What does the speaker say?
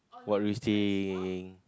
what do you think